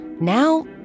Now